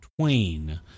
Twain